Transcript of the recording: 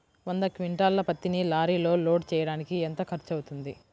వంద క్వింటాళ్ల పత్తిని లారీలో లోడ్ చేయడానికి ఎంత ఖర్చవుతుంది?